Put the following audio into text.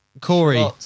Corey